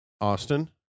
Austin